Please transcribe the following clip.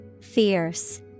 Fierce